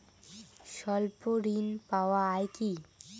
স্বল্প ঋণ পাওয়া য়ায় কি?